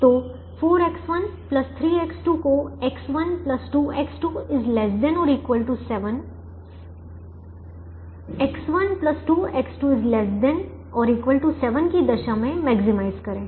तो4X1 3X2 को X1 2X2 ≤ 7 X1 2X2 ≤ 7 की दशा में मैक्सिमाइज करें